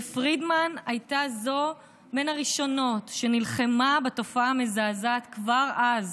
ופרידמן הייתה בין הראשונות שנלחמה בתופעה המזעזעת כבר אז.